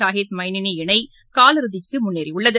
சாகித் மைனேனி இணை காலிறுதிக்கு முன்னேறியுள்ளது